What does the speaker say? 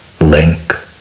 link